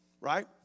right